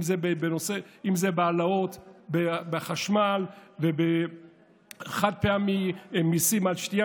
אם זה העלאות בחשמל, בחד-פעמי, מיסים על שתייה